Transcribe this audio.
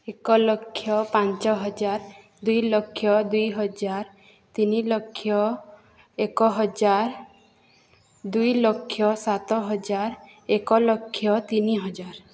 ଏକ ଲକ୍ଷ ପାଞ୍ଚ ହଜାର ଦୁଇ ଲକ୍ଷ ଦୁଇ ହଜାର ତିନି ଲକ୍ଷ ଏକ ହଜାର ଦୁଇ ଲକ୍ଷ ସାତ ହଜାର ଏକ ଲକ୍ଷ ତିନି ହଜାର